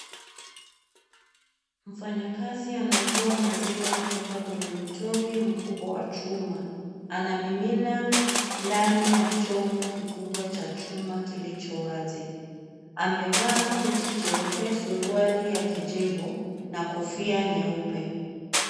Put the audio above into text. Mfanyikazi anavua maziwa kutoka kwenye mtungi mkubwa wa chuma. Anamimina ndani ya chombo kikubwa cha chuma kilicho wazi. Amevaa koti jeupe, suruali ya kijivu na kofia nyeupe.